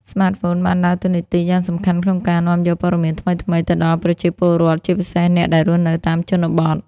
ស្មាតហ្វូនបានដើរតួនាទីយ៉ាងសំខាន់ក្នុងការនាំយក ព័ត៌មានថ្មីៗ ទៅដល់ប្រជាពលរដ្ឋ ជាពិសេសអ្នកដែលរស់នៅតាមជនបទ។